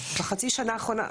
בחצי שנה האחרונה,